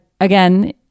again